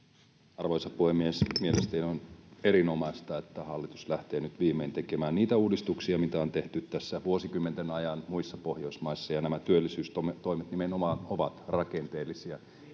Arvoisa puhemies! Mielestäni on erinomaista, että hallitus lähtee nyt viimein tekemään niitä uudistuksia, mitä on tehty tässä vuosikymmenten ajan muissa Pohjoismaissa. Nämä työllisyystoimet nimenomaan ovat rakenteellisia